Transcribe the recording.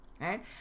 right